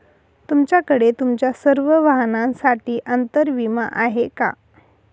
तुमच्याकडे तुमच्या सर्व वाहनांसाठी अंतर विमा आहे का